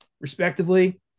respectively